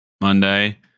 Monday